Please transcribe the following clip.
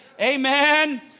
Amen